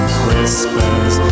whispers